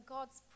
God's